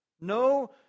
no